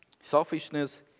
Selfishness